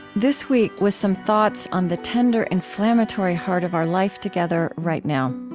this week with some thoughts on the tender, inflammatory heart of our life together right now.